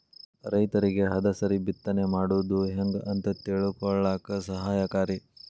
ರೈತರಿಗೆ ಹದಸರಿ ಬಿತ್ತನೆ ಮಾಡುದು ಹೆಂಗ ಅಂತ ತಿಳಕೊಳ್ಳಾಕ ಸಹಾಯಕಾರಿ